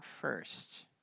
first